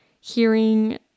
hearing